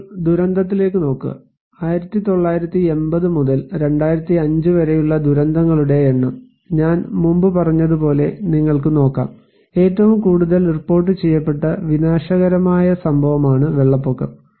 ഇപ്പോൾ ദുരന്തത്തിലേക്ക് നോക്കുക 1980 മുതൽ 2005 വരെയുള്ള ദുരന്തങ്ങളുടെ എണ്ണം ഞാൻ മുമ്പു പറഞ്ഞതുപോലെ നിങ്ങൾക്ക് നോക്കാം ഏറ്റവും കൂടുതൽ റിപ്പോർട്ട് ചെയ്യപ്പെട്ട വിനാശകരമായ സംഭവമാണ് വെള്ളപ്പൊക്കം